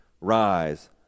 Rise